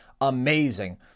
amazing